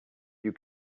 you